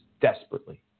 desperately